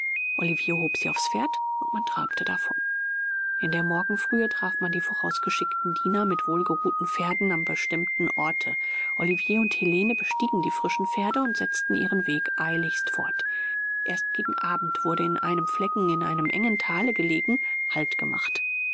olivier hob sie auf's pferd und man trabte davon in der morgenfrühe traf man die vorausgeschickten diener mit wohlgeruhten pferden am bestimmten orte olivier und helene bestiegen die frischen pferde und setzten ihren weg eiligst fort erst gegen abend wurde in einem flecken in einem engen thale gelegen halt gemacht